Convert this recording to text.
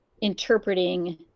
interpreting